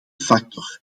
factor